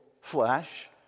flesh